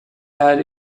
had